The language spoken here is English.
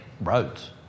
roads